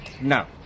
No